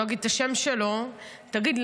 אני לא אגיד את השם שלו: תגיד,